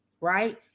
Right